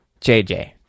JJ